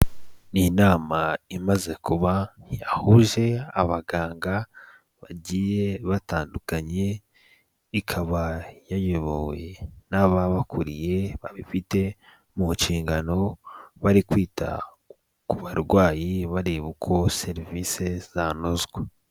Ni inama imaze kuba, yahuje abaganga bagiye batandukanye, ikaba yayobowe n'ababakuriye babifite mu nshingano, bari kwita ku barwayi bareba uko serivisi zanozwa.